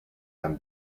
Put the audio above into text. than